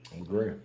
Agree